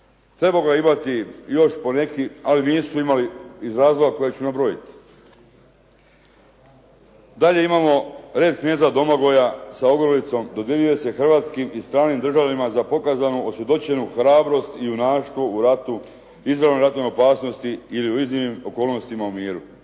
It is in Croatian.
To su mogli imati još poneki ali nisu imali iz razloga koje ću nabrojiti. Dalje imamo "Red kneza Domagoja sa ogrlicom" dodjeljuje se hrvatskim i stranim državljanima za pokazanu osvjedočenu hrabrost i junaštvo u ratu, izravnoj ratnoj opasnosti ili u …/Govornik se